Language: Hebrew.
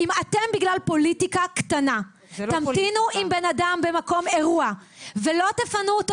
אם אתם בגלל פוליטיקה קטנה תמתינו עם בן אדם במקום אירוע ולא תפנו אותו